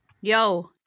Yo